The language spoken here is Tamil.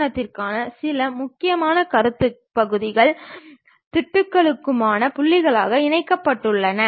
மேலிருந்து நாம் பார்க்கும் மேற்புற தோற்றமானது கிடைமட்ட தளத்தில் பெறப்படுகிறது